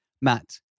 Matt